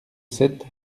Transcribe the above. sept